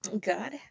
God